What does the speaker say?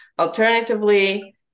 Alternatively